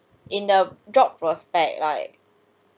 in the job prospect right